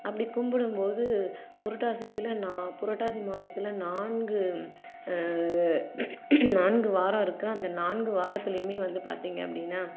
அப்படி கும்பிடும்போது புரட்டாசியத்தில் நான் புரட்டாசி மாதத்துல நான்கு நான்கு வாரம் இருக்கு அந்த நான்கு வாரத்துலையுமே வந்து பார்த்திங்க அப்படின்னா